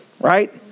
right